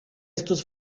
estos